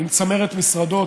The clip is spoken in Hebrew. עם צמרת משרדו,